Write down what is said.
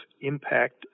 impact